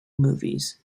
movies